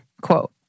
quote